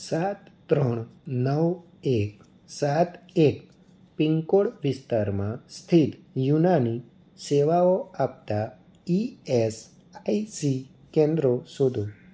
સાત ત્રણ નવ એક સાત એક પિનકોડ વિસ્તારમાં સ્થિત યુનાની સેવાઓ આપતાં ઇ એસ આઇ સી કેન્દ્રો શોધો